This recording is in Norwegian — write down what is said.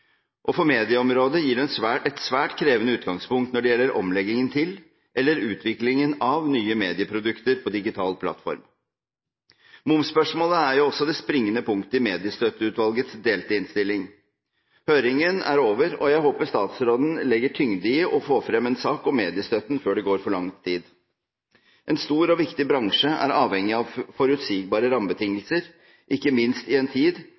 For medieområdet gir det et svært krevende utgangspunkt når det gjelder omleggingen til – eller utviklingen av – nye medieprodukter på digital plattform. Momsspørsmålet er også det springende punktet i Mediestøtteutvalgets delte innstilling. Høringen er over, og jeg håper statsråden legger tyngde i å få frem en sak om mediestøtten før det går for lang tid. En stor og viktig bransje er avhengig av forutsigbare rammebetingelser – ikke minst i en tid